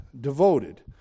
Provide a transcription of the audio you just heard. devoted